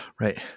Right